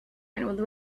and